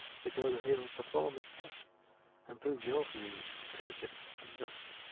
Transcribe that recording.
secure that he'll perform his trust and prove your views intelligent and just.